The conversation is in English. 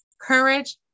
courage